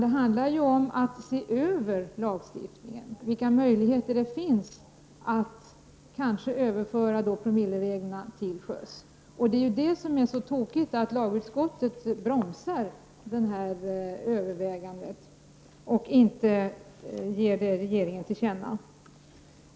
Det handlar ju om att se över lagstiftningen och ta ställning till vilka möjligheter som finns att överföra de promilleregler som gäller för trafiken på land till sjötrafiken. Det är tokigt att lagutskottet bromsar detta och inte vill ge regeringen till känna vad som anförts i motionen om införande av promilleregler till sjöss.